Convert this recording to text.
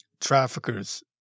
traffickers